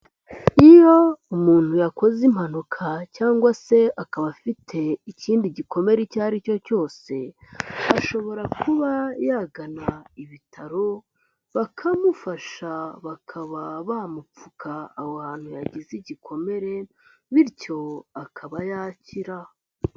Iyo umuntu yakoze impanuka cyangwa se akaba afite ikindi gikomere icyo ari cyo cyose, ashobora kuba yagana ibitaro bakamufasha bakaba bamupfuka aho hantu yagize igikomere bityo akaba yakira.